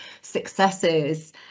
successes